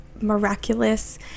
miraculous